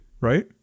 right